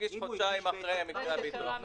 שבועיים אחרי מקרה הביטוח,